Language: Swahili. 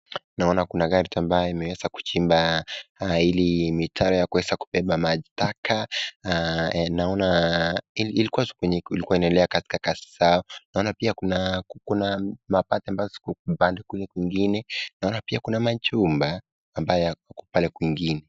Naona kuna gari ambayo imeweza kuchimba hili mitaro ya kuweza kubeba maji taka. Naona ilikua shughuli ambayo inaendelea katika kazi zao, naona pia kuna mabati ambazo ziko pande kule kwingine , naona pia kuna majumba ambayo yako pale kwingine.